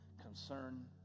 concern